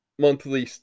Monthly